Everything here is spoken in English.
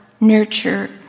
nurture